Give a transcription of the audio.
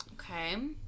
Okay